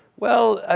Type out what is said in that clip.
well,